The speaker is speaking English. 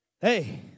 Hey